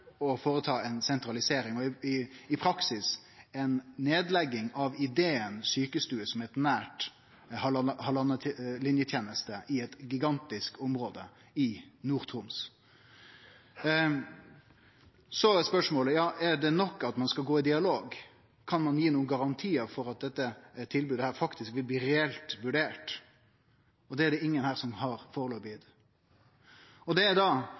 og foreta ei sentralisering, og i praksis ei nedlegging av ideen sjukestue som ei nær halvannalinjeteneste i eit gigantisk område i Nord-Troms. Så er spørsmålet: Er det nok at ein skal gå i dialog? Kan ein gi garantiar for at dette tilbodet faktisk vil bli reelt vurdert? Det er det ingen her som har gitt foreløpig, og det